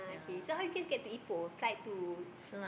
okay so how you guys get to eat pork try to